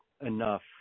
enough